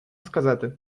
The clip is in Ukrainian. сказати